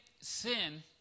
sin